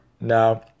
Now